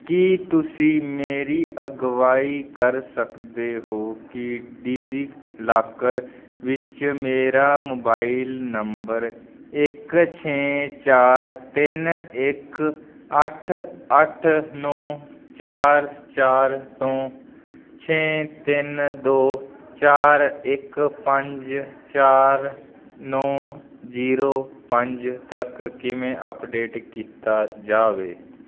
ਕੀ ਤੁਸੀਂ ਮੇਰੀ ਅਗਵਾਈ ਕਰ ਸਕਦੇ ਹੋ ਕਿ ਡਿਜੀਲਾਕਰ ਵਿੱਚ ਮੇਰਾ ਮੋਬਾਈਲ ਨੰਬਰ ਇੱਕ ਛੇ ਚਾਰ ਤਿੰਨ ਇੱਕ ਅੱਠ ਅੱਠ ਨੌਂ ਚਾਰ ਚਾਰ ਤੋਂ ਛੇ ਤਿੰਨ ਦੋ ਚਾਰ ਇੱਕ ਪੰਜ ਚਾਰ ਨੌਂ ਜ਼ੀਰੋ ਪੰਜ ਤੱਕ ਕਿਵੇਂ ਅੱਪਡੇਟ ਕੀਤਾ ਜਾਵੇ